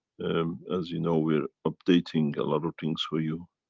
as you know we're updating a lot of things for you.